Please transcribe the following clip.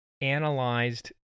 analyzed